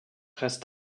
restent